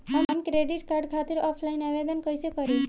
हम credit card खातिर offline आवेदन कइसे करि?